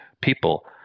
people